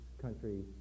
country